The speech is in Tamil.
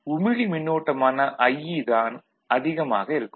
உமிழி மின்னோட்டமான IE தான் அதிகமாக இருக்கும்